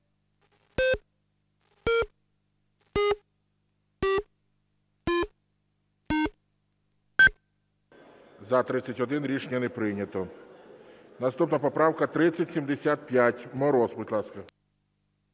За-31 Рішення не прийнято. Наступна поправка 3075. Мороз, будь ласка.